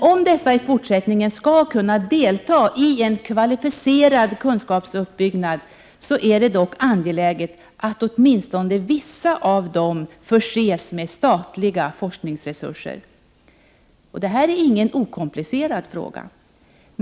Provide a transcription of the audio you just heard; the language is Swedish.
Om dessa i fortsättningen skall kunna delta i en kvalificerad kunskapsuppbyggnad, är det dock angeläget att åtminstone vissa av dem förses med statliga forskningsresurser. Detta är ingen okomplicerad fråga.